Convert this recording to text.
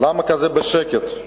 למה בשקט?